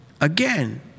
again